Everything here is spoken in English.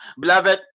beloved